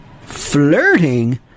Flirting